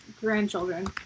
grandchildren